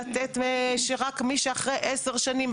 לתת שרק מי שאחרי עשר שנים,